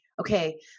okay